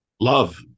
Love